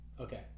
Okay